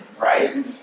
right